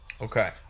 Okay